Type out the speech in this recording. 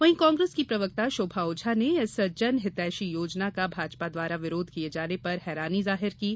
वहीं कांग्रेस की प्रवक्ता शोभा ओझा ने इस जन हितैषी योजना का भाजपा द्वारा विरोध किये जाने पर हैरानी जाहिर की है